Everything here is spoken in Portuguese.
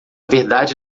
verdade